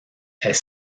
est